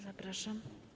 Zapraszam.